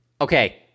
Okay